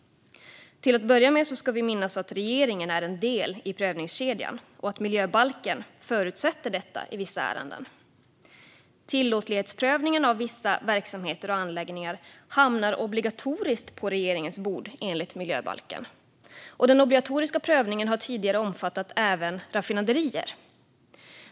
Till att börja med ska vi minnas att regeringen är en del i prövningskedjan och att miljöbalken förutsätter detta i vissa ärenden. Tillåtlighetsprövningen av vissa verksamheter och anläggningar hamnar obligatoriskt på regeringens bord enligt miljöbalken, och den obligatoriska prövningen har tidigare omfattat även raffinaderier.